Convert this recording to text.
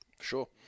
Sure